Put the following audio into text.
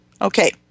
Okay